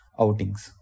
outings